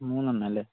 മൂന്നെണ്ണം അല്ലെ